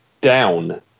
down